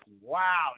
wow